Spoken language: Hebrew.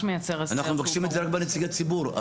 מייצר --- אנחנו מבקשים את זה רק בנציגי ציבור.